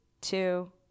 two